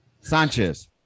Sanchez